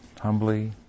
humbly